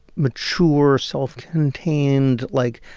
mature, self-contained, like,